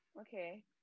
Okay